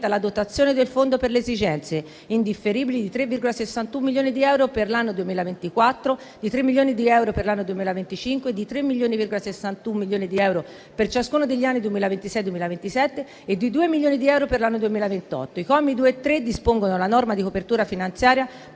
la dotazione del fondo per le esigenze indifferibili di 3,61 milioni di euro per l'anno 2024, di 3 milioni di euro per l'anno 2025 e di 3,61 milioni di euro per ciascuno degli anni 2026 e 2027 e di 2 milioni di euro per l'anno 2028. I commi 2 e 3 dispongono la norma di copertura finanziaria